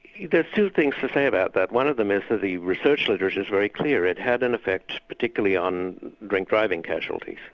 there's two things to say about that. one of them is that the research literature is very clear. it had an effect particularly on drink-driving casualties,